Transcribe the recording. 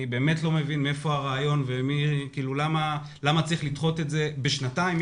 אני באמת לא מבין מהיכן הרעיון ולמה צריך לדחות את זה בשנתיים.